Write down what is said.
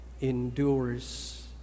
endures